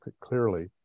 clearly